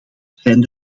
zijn